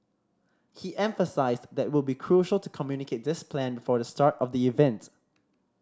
he emphasised that would be crucial to communicate this plan before the start of the event